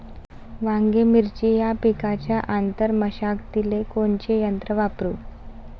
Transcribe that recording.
वांगे, मिरची या पिकाच्या आंतर मशागतीले कोनचे यंत्र वापरू?